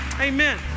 Amen